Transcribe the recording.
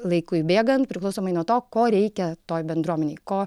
laikui bėgant priklausomai nuo to ko reikia toj bendruomenėj ko